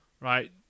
right